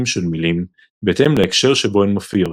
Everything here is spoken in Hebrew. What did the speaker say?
של מילים בהתאם להקשר שבו הן מופיעות,